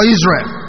Israel